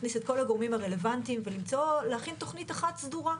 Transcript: להכניס את כל הגורמים הרלוונטיים ולהכין תוכנית אחת סדורה.